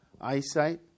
eyesight